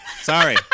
Sorry